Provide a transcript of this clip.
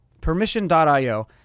permission.io